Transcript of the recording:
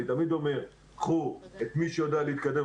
אני תמיד אומר: קחו את מי שיודע להתקדם,